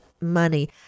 money